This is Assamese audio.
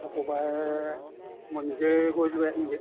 শুকুৰবাৰে মই নিজে গৈ লৈ আহিমগৈ